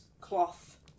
cloth